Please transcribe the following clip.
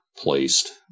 placed